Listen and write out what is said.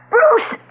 Bruce